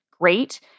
great